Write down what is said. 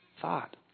thought